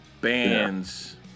bands